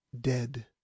dead